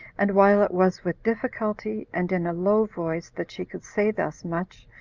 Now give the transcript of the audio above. and while it was with difficulty, and in a low voice, that she could say thus much,